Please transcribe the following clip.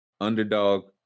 underdog